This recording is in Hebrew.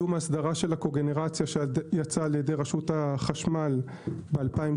קידום הסדרה של הקוגנרציה שיצאה על ידי רשות החשמל ב-2019